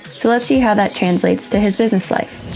so let's see how that translates to his business life.